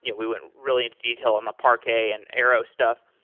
you know we went really into detail on the parquet and arrow stuff.